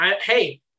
Hey